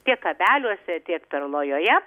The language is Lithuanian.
tiek kabeliuose tiek perlojoje